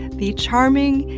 the charming,